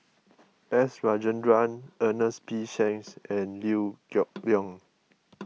S Rajendran Ernest P Shanks and Liew Geok Leong